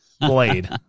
blade